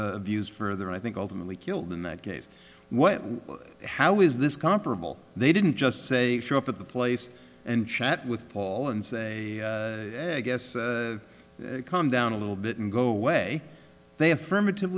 views further and i think ultimately killed in that case what hal is this comparable they didn't just say show up at the place and chat with paul and say guess come down a little bit and go away they affirmative